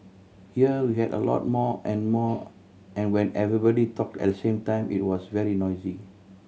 here we had a lot more and more and when everybody talked at the same time it was very noisy